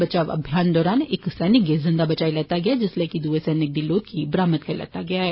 बचाव अभियान दौरान इक सैनिक गी जिन्दा बचाई लैता गेआ जिसलै कि दुए सैनिक दी लौथ गी बरामद करी लैता गेआ ऐ